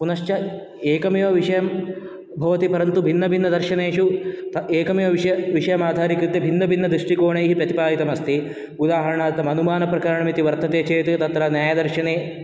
पुनश्च एकमेव विषयं भवति परन्तु भिन्न भिन्न दर्शनेषु त एकमेव विषय विषयमाधारिकृत्य भिन्न भिन्न दृष्टिकोणैः प्रतिपादितम् अस्ति उदाहरणार्थम् अनुमानप्रकरणम् इति वर्तते चेत् तत्र न्यायदर्शने